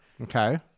okay